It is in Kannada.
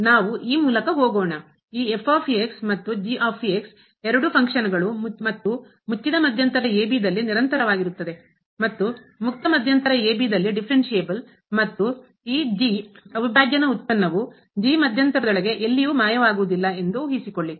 ನಾವು ಈ ಮೂಲಕ ಹೋಗೋಣ ಈ ಮತ್ತು ಎರಡು ಫಂಕ್ಷನ್ ಕಾರ್ಯ ಗಳು ಮತ್ತು ಮುಚ್ಚಿದ ಮಧ್ಯಂತರ ದಲ್ಲಿ ನಿರಂತರವಾಗಿರುತ್ತವೆ ಮತ್ತು ಮುಕ್ತ ಮಧ್ಯಂತರ ದಲ್ಲಿ ಡಿಫ್ರೆರೆನ್ಸ್ಸೇಬಲ್ ಮತ್ತು ಈ ಅವಿಭಾಜ್ಯನ ವ್ಯುತ್ಪನ್ನವು ಮಧ್ಯಂತರದೊಳಗೆ ಎಲ್ಲಿಯೂ ಮಾಯವಾಗುವುದಿಲ್ಲ ಎಂದು ಊಹಿಸಿಕೊಳ್ಳಿ